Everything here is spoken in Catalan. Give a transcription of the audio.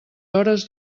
hores